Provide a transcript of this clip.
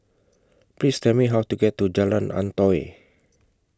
Please Tell Me How to get to Jalan Antoi